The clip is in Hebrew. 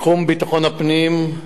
בתחום ביטחון הפנים,